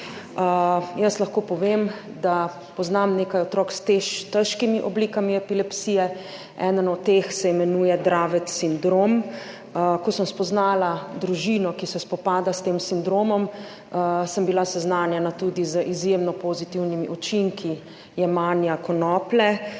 Jaz lahko povem, da poznam nekaj otrok s težkimi oblikami epilepsije, eden od teh se imenuje Dravet sindrom. Ko sem spoznala družino, ki se spopada s tem sindromom, sem bila seznanjena tudi z izjemno pozitivnimi učinki jemanja konoplje